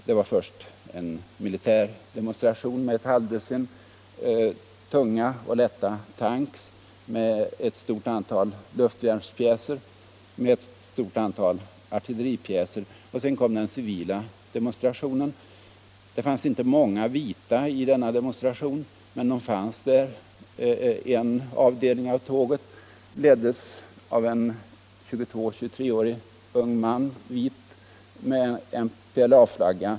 Det var först en militär demonstration med ett halvt dussin tunga och lätta tanks och ett stort antal luftvärnspjäser och artilleripjäser. Sedan kom den civila demonstrationen. Det var inte många vita som deltog i denna demonstration, men några fanns där. En avdelning av tåget leddes av en 22-23 årig vit man med MPLA-flagga.